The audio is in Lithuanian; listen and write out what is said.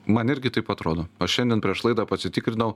man irgi taip atrodo o šiandien prieš laidą pasitikrinau